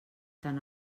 tan